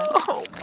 oh,